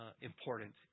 important